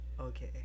Okay